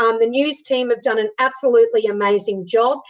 um the news team have done an absolutely amazing job.